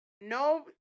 no